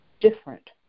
different